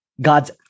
God's